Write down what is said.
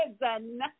prison